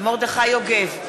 מרדכי יוגב,